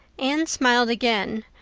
anne smiled again,